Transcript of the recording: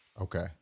Okay